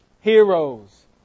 heroes